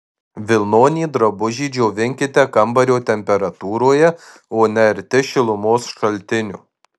vilnonį drabužį džiovinkite kambario temperatūroje o ne arti šilumos šaltinio